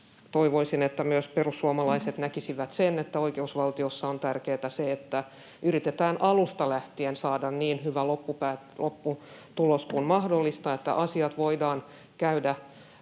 Toivoisin, että myös perussuomalaiset näkisivät sen, että oikeusvaltiossa on tärkeätä se, että yritetään alusta lähtien saada niin hyvä lopputulos kuin mahdollista, että asiat voidaan käydä